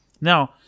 Now